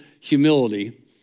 humility